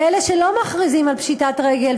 ואלה שלא מכריזים על פשיטת רגל,